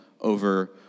over